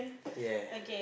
yeah